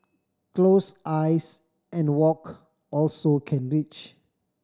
close eyes and walk also can reach